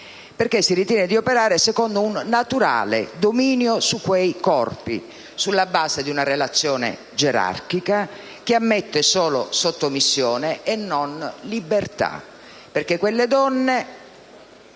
perché si ritiene di operare secondo un naturale dominio su cui quei corpi, sulla base di una relazione gerarchica, che ammette solo sottomissione e non libertà; perché quelle donne